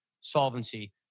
solvency